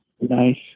nice